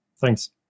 Thanks